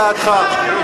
דעתך.